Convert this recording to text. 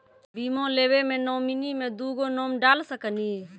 बीमा लेवे मे नॉमिनी मे दुगो नाम डाल सकनी?